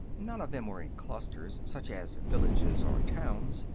none of them were in clusters, such as villages or towns,